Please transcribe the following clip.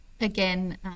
Again